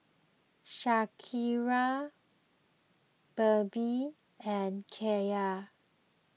Shakira Debbi and Kyla